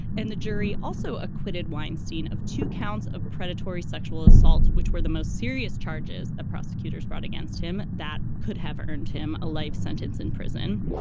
and the jury also acquitted weinstein of two counts of predatory sexual assault, which were the most serious charges the prosecutors brought against him that could have earned him a life sentence in prison.